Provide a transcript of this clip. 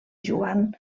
joan